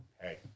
Hey